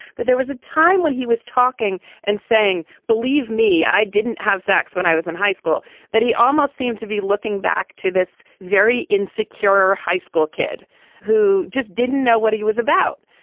but there was a time when he was talking and saying believe me i didn't have sex when i was in high school that he almost seemed to be looking back to this very insecure high school kid who just didn't know what he was about.